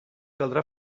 caldrà